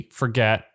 forget